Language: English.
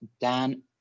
Dan